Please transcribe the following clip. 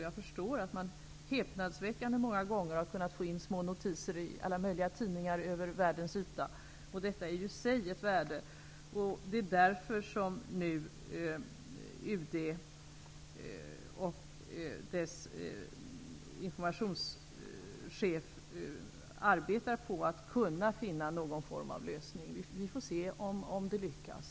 Jag förstår att man häpnadsväckande många gånger har kunnat få in små notiser i alla möjliga tidningar över världens yta. Detta är i sig ett värde. Det är därför som UD och dess informationschef nu arbetar för att finna någon form av lösning. Vi får se om det lyckas.